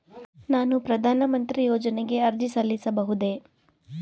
ನಾನು ಪ್ರಧಾನ ಮಂತ್ರಿ ಯೋಜನೆಗೆ ಅರ್ಜಿ ಸಲ್ಲಿಸಬಹುದೇ?